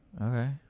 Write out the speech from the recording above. okay